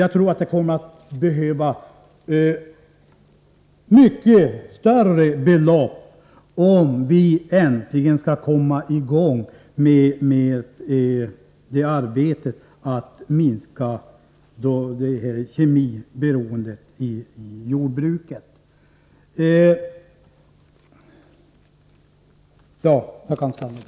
Jag tror att det kommer att behövas mycket större belopp, om vi äntligen skall komma i gång med arbetet att minska jordbrukets beroende av kemiska preparat.